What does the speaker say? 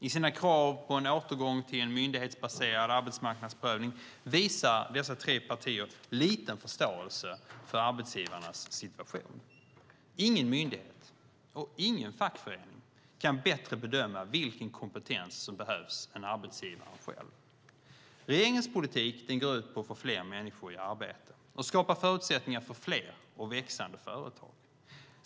I sina krav på en återgång till en myndighetsbaserad arbetsmarknadsprövning visar dessa tre partier liten förståelse för arbetsgivarnas situation. Ingen myndighet och ingen fackförening kan bättre bedöma vilken kompetens som behövs än arbetsgivaren själv. Regeringens politik går ut på att få fler människor i arbete och skapa förutsättningar för fler och växande företag.